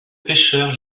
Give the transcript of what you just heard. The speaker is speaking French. pêcheur